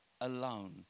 alone